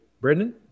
brendan